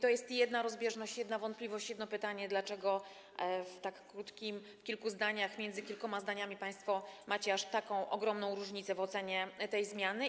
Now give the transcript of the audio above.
To jest jedna rozbieżność, jedna wątpliwość, jedno pytanie: Dlaczego w kilku zdaniach, między kilkoma zdaniami państwo macie aż tak ogromną różnicę w ocenie tej zmiany?